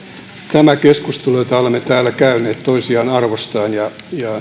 tämä keskustelu jota olemme täällä käyneet toisiamme arvostaen ja